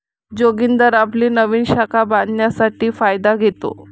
जोगिंदर आपली नवीन शाखा बांधण्यासाठी फायदा घेतो